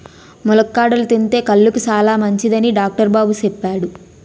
ములక్కాడలు తింతే కళ్ళుకి సాలమంచిదని డాక్టరు బాబు సెప్పాడు